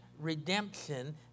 redemption